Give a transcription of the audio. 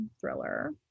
thriller